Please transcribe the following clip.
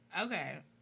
Okay